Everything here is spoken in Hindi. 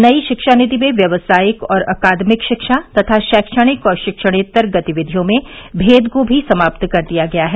नई शिक्षा नीति में व्यावसायिक और अकादमिक शिक्षा तथा शैक्षणिक और शिक्षणेत्तर गतिविधियों में भेद को भी समाप्त कर दिया गया है